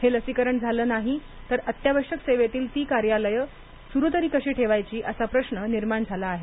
हे लसीकरण झालं नाही तर अत्यावश्यक सेवेतील ती सरकारी कार्यालये सुरु तरी कशी ठेवायची असा प्रश्न निर्माण झाला आहे